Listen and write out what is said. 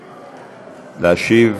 להשיב.